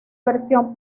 versión